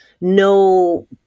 no